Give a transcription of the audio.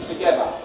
Together